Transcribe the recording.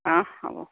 অঁ হ'ব